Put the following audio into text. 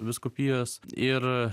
vyskupijos ir